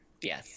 Yes